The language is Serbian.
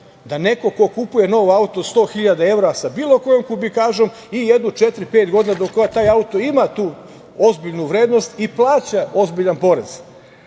da neko ko kupuje nov auto od 100.000 evra sa bilo kojom kubikažom i jedno četiri, pet godina do kojeg taj auto ima tu ozbiljnu vrednost i plaća ozbiljan porez.